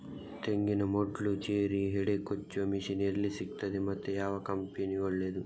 ತೆಂಗಿನ ಮೊಡ್ಲು, ಚೇರಿ, ಹೆಡೆ ಕೊಚ್ಚುವ ಮಷೀನ್ ಎಲ್ಲಿ ಸಿಕ್ತಾದೆ ಮತ್ತೆ ಯಾವ ಕಂಪನಿ ಒಳ್ಳೆದು?